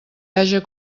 haja